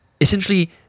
essentially